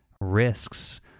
risks